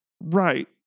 Right